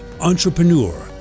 entrepreneur